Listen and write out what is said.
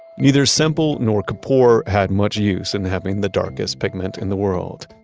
neither semple nor kapoor had much use in having the darkest pigment in the world.